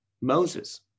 Moses